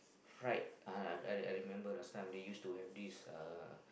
fried I I I remember last time they used to have this uh